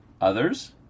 others